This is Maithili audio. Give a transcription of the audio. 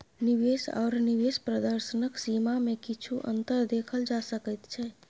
निवेश आओर निवेश प्रदर्शनक सीमामे किछु अन्तर देखल जा सकैत छै